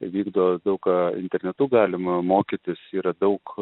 vykdo daug ką internetu galima mokytis yra daug